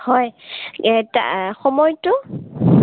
হয় এই সময়টো